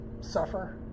suffer